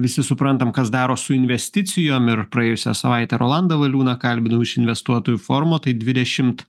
visi suprantam kas daros su investicijom ir praėjusią savaitę rolandą valiūną kalbinau iš investuotojų forumo tai dvidešimt